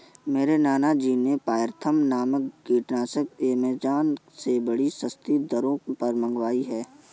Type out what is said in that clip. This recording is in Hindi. मेरे नाना जी ने पायरेथ्रम नामक कीटनाशक एमेजॉन से बड़ी सस्ती दरों पर मंगाई है